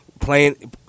playing